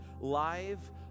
live